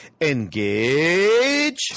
engage